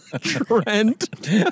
Trent